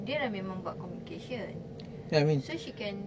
dia dah memang buat communication so she can